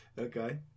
Okay